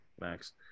Max